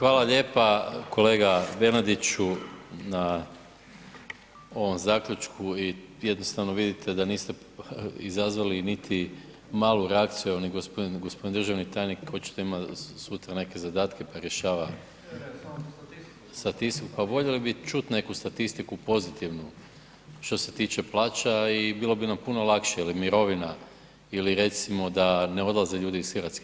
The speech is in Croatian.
Hvala lijepa kolega Bernardiću na ovom zaključku i jednostavno, vidite da niste izazvali niti malu reakciju, ni g. državni tajnik očito ima sutra neke zadatke pa rješava ... [[Upadica se ne čuje.]] statistiku, pa voljeli bi čuti neku statistiku, pozitivnu, što se tiče plaća i bilo bi nam puno lakše ili mirovina ili recimo da ne odlaze ljudi iz Hrvatske.